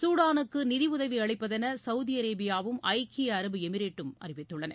சூடாலுக்கு நிதியுதவி அளிப்பதென சவுதி அரேபியாவும் ஐக்கிய அரபு எமிரேட்டும் அறிவித்துள்ளன